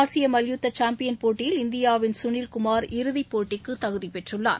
ஆசிய மல்யுத்த சாம்பியன் போட்டியில் இந்தியாவின் சுனில் குமார் இறுதிப்போட்டிக்கு தகுதிப் பெற்றுள்ளார்